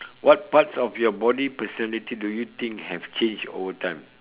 what parts of your body personality do you think have changed over time